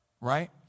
Right